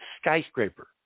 skyscraper